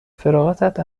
فراغتت